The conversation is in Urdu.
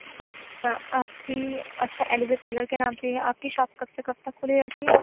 اچھا آپ کی اچھا علیزہ ٹیلر کے نام سے ہی ہے آپ کی شاپ کب سے کب تک کُھلی رہتی ہے